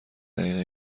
دقیقه